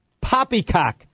Poppycock